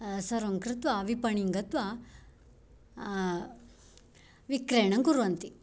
सर्वं कृत्वा विपणीं गत्वा विक्रयणं कुर्वन्ति